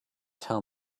tell